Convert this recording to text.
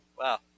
Wow